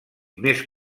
més